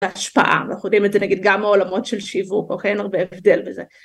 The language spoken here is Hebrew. ההשפעה ואנחנו יודעים את זה נגיד גם מעולמות של שיווק או אין הרבה הבדל בזה.